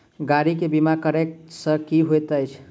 गाड़ी केँ बीमा कैला सँ की होइत अछि?